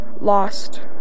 lost